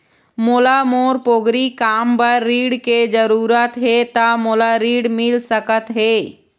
मोला मोर पोगरी काम बर ऋण के जरूरत हे ता मोला ऋण मिल सकत हे?